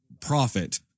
profit